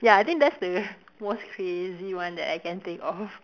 ya I think that's the most crazy one that I can think of